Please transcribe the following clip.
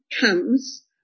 comes